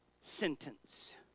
sentence